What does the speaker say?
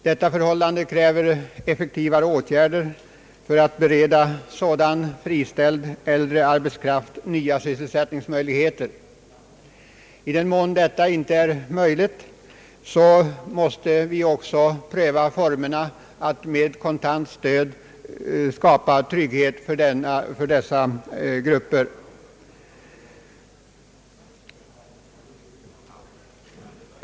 Detta förhållande kräver effektivare åtgärder för att bereda sådan friställd äldre arbetskraft nya sysselsättningsmöjligheter. I den mån detta inte är möjligt måste vi också pröva formerna att med kontant stöd skapa trygghet för dessa grupper.